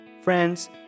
friends